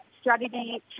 strategy